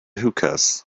hookahs